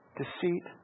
deceit